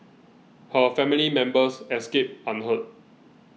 her family members escaped unhurt